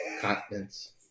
continents